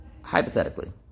hypothetically